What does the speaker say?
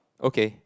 okay